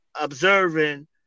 observing